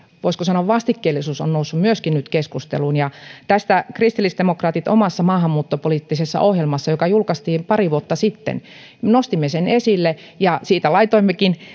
voisiko sanoa vastikkeellisuus on myöskin noussut nyt keskusteluun tämän kristillisdemokraatit omassa maahanmuuttopoliittisessa ohjelmassaan joka julkaistiin pari vuotta sitten nostivat esille ja siitä laitoimme